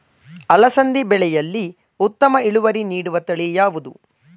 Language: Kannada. ಅಲಸಂದಿ ಬೆಳೆಯಲ್ಲಿ ಉತ್ತಮ ಇಳುವರಿ ನೀಡುವ ತಳಿ ಯಾವುದು?